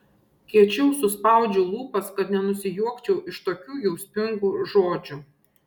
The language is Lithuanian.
kiečiau suspaudžiu lūpas kad nenusijuokčiau iš tokių jausmingų žodžių